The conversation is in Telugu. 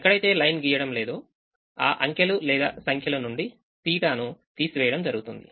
ఎక్కడైతే లైన్ గీయడం లేదోఆ అంకెలు లేదా సంఖ్యలు నుండి తీట θ ను తీసివేయడం జరుగుతుంది